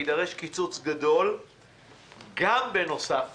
יידרש קיצוץ גדול גם בנוסף